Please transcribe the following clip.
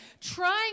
trying